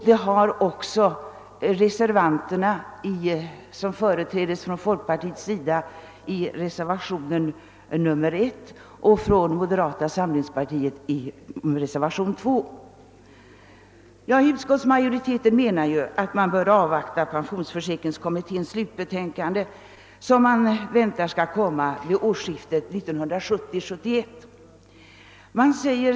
Det har också reservanterna, som för folkpartiets del företrädes av reservationen I och för moderata samlingspartiet av reservationen II. Utskottsmajoriteten skriver att man bör avvakta pensionsförsäkringskommitténs slutbetänkande, vilket förväntas komma att presenteras vid årsskiftet 1970—1971.